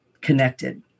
connected